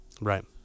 Right